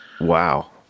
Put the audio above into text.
Wow